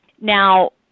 Now